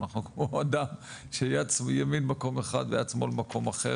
אנחנו כמו אדם שיד ימין במקום אחד ויד שמאל במקום אחר,